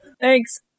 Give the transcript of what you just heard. Thanks